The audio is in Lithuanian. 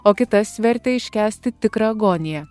o kitas vertė iškęsti tikrą agoniją